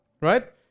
right